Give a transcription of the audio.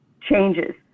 changes